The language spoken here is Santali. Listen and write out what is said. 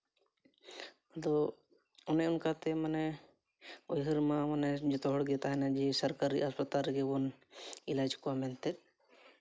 ᱟᱫᱚ ᱚᱱᱮ ᱚᱱᱠᱟᱛᱮ ᱢᱟᱱᱮ ᱩᱭᱦᱟᱹᱨ ᱢᱟ ᱢᱟᱱᱮ ᱡᱚᱛᱚ ᱦᱚᱲᱜᱮ ᱢᱟᱱᱮ ᱩᱭᱦᱟᱹᱨ ᱢᱟ ᱢᱟᱱᱮ ᱡᱚᱛᱚ ᱦᱚᱲᱜᱮ ᱛᱟᱦᱮᱱᱟ ᱡᱮ ᱥᱚᱨᱠᱟᱨᱤ ᱦᱟᱥᱯᱟᱛᱟᱞ ᱨᱮᱜᱮ ᱵᱚᱱ ᱮᱞᱟᱡᱽ ᱠᱚᱣᱟ ᱢᱮᱱᱛᱮ